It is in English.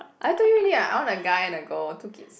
I told you already ah I want a guy and a girl two kids